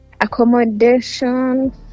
accommodation